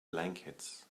blankets